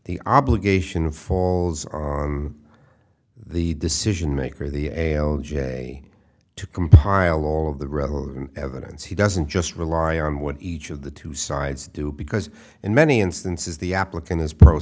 the obligation falls on the decision maker the a l j to compile all of the revolution evidence he doesn't just rely on what each of the two sides do because in many instances the applicant is pro